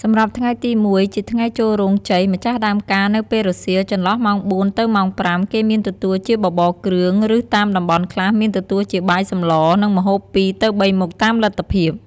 សម្រាប់់ថ្ងៃទី១ ជាថ្ងៃចូលរោងជ័យម្ចាស់ដើមការនៅពេលរសៀលចន្លោះម៉ោង៤ទៅម៉ោង៥គេមានទទួលជាបបរគ្រឿង ឬតាមតំបន់ខ្លះមានទទួលជាបាយសម្ល និងម្ហូប២ទៅ៣មុខតាមលទ្ធភាព ។